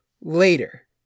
later